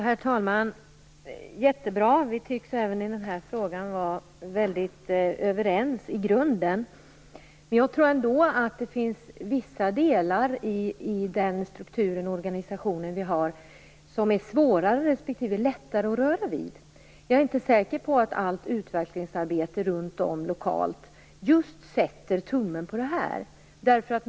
Herr talman! Det är jättebra. Vi tycks även i denna fråga vara väldigt överens i grunden. Men jag tror ändå att det finns vissa delar i den struktur och den organisation som vi har som är svårare respektive lättare att röra vid. Jag är inte säker på att allt utvecklingsarbete runt om lokalt sätter tummen just på detta.